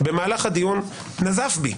במהלך הדיון נזף בי,